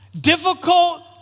Difficult